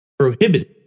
Prohibited